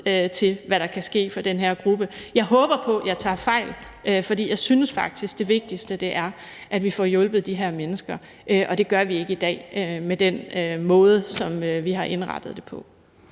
ligge på et meget lille sted. Jeg håber på, at jeg tager fejl. For jeg synes faktisk, det vigtigste er, at vi får hjulpet de her mennesker, og det gør vi ikke i dag med den måde, som vi har indrettet det på.